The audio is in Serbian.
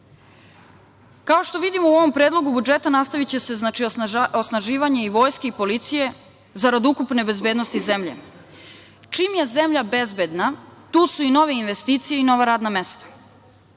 ima. Kao što vidimo u ovom Predlogu budžeta nastaviće se osnaživanje i vojske i policije zarad ukupne bezbednosti zemlje. Čim je zemlja bezbedna tu su i nove investicije i nova radna mesta. Želim